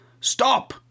Stop